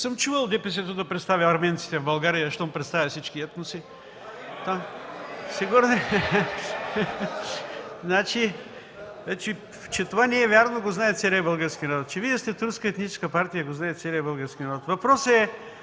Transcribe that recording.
Не съм чувал ДПС да представя арменците в България – щом представя всички етноси! (Шум и реплики.) Че това не е вярно, го знае целият български народ. Че Вие сте турска етническа партия, го знае целият български народ.